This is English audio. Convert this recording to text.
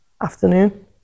afternoon